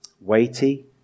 weighty